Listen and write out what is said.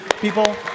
people